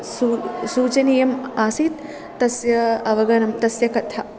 सू सूचनीयम् आसीत् तस्य अवगमनं तस्य कथा